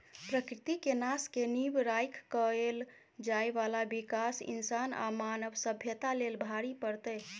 प्रकृति के नाश के नींव राइख कएल जाइ बाला विकास इंसान आ मानव सभ्यता लेल भारी पड़तै